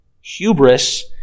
hubris